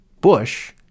Bush